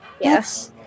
Yes